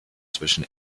zwischen